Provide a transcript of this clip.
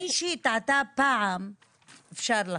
מישהי טעתה פעם אפשר לחשוב,